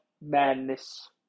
Madness